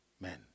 men